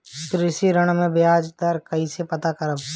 कृषि ऋण में बयाज दर कइसे पता करब?